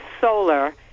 solar